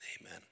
Amen